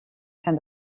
and